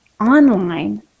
online